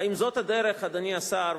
האם זאת הדרך, אדוני השר?